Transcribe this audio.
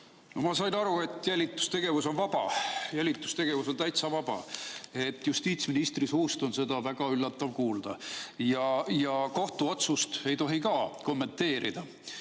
Ma saan aru, et jälitustegevus on vaba. Jälitustegevus on täitsa vaba. Justiitsministri suust on seda väga üllatav kuulda. Ka kohtuotsust ei tohi kommenteerida,